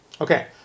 Okay